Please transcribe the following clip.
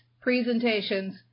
Presentations